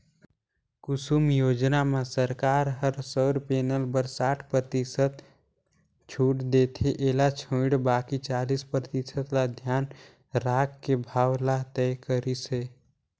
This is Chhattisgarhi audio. कुसुम योजना म सरकार ह सउर पेनल बर साठ परतिसत छूट देथे एला छोयड़ बाकि चालीस परतिसत ल धियान राखके भाव ल तय करिस हे